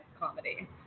comedy